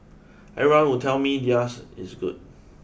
everyone would tell me theirs is good